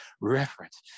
reference